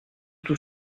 tout